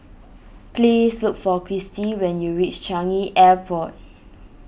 please look for Kirstie when you reach Changi Airport